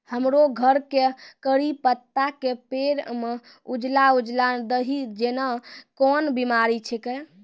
हमरो घर के कढ़ी पत्ता के पेड़ म उजला उजला दही जेना कोन बिमारी छेकै?